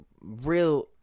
real